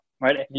right